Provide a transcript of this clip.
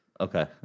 Okay